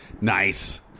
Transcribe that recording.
Nice